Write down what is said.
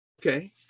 okay